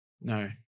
No